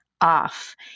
off